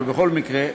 אבל בכל מקרה: